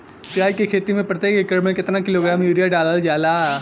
प्याज के खेती में प्रतेक एकड़ में केतना किलोग्राम यूरिया डालल जाला?